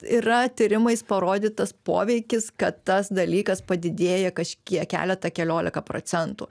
yra tyrimais parodytas poveikis kad tas dalykas padidėja kažkiek keletą keliolika procentų